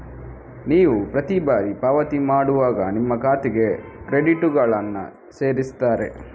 ನೀವು ಪ್ರತಿ ಬಾರಿ ಪಾವತಿ ಮಾಡುವಾಗ ನಿಮ್ಮ ಖಾತೆಗೆ ಕ್ರೆಡಿಟುಗಳನ್ನ ಸೇರಿಸ್ತಾರೆ